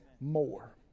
More